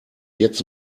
jetzt